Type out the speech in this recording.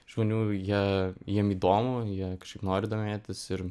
šaunių jie jiem įdomu jie nori domėtis ir